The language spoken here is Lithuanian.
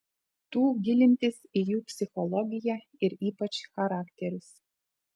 tų gilintis į jų psichologiją ir ypač charakterius